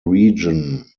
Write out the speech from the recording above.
region